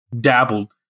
dabbled